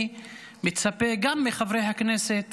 אני מצפה גם מחברי הכנסת